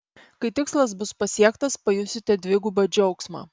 kai tikslas bus pasiektas pajusite dvigubą džiaugsmą